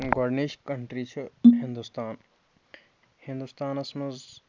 گۄڈٕنِچ کَنٹرٛی چھِ ہِنٛدُستان ہِنٛدُستانَس منٛز